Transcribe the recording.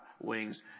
wings